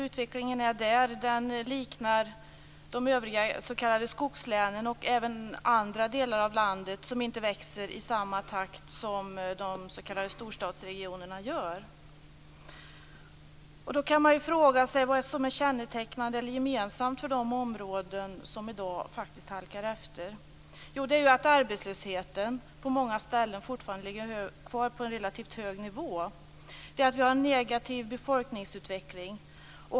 Utvecklingen där liknar utvecklingen i de övriga s.k. skogslänen och även i andra delar av landet som inte växer i samma takt som de s.k. storstadsregionerna gör. Då kan man fråga sig vad som är kännetecknande eller gemensamt för de områden som i dag faktiskt halkar efter. Jo, det är att arbetslösheten på många ställen fortfarande ligger kvar på en relativt hög nivå och att vi har en negativ befolkningsutveckling.